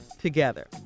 Together